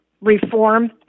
Reform